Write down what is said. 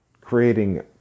creating